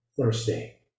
Thursday